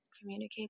communicate